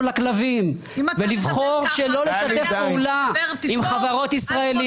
לכלבים ולבחור שלא לשתף פעולה עם חברות ישראליות.